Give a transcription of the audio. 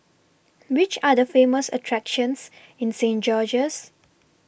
Which Are The Famous attractions in Saint George's